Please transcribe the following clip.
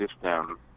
system